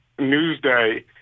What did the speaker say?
Newsday